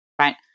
right